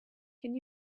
can